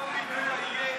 לא מתבייש,